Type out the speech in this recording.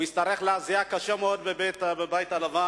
הוא יצטרך להזיע קשה מאוד בבית הלבן,